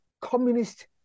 communist